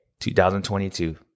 2022